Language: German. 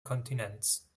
kontinents